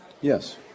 Yes